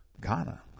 Ghana